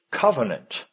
covenant